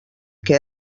que